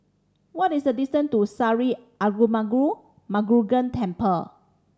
what is the distance to Sri Arulmigu Murugan Temple